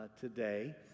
today